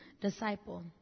disciple